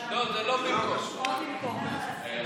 שחזרתם לעבודה תהיה איטית יותר.